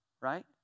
Right